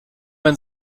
man